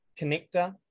Connector